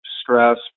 stress